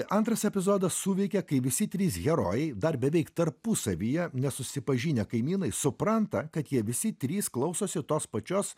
antras epizodas suveikė kai visi trys herojai dar beveik tarpusavyje nesusipažinę kaimynai supranta kad jie visi trys klausosi tos pačios